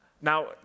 now